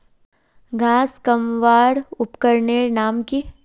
घांस कमवार उपकरनेर नाम की?